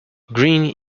green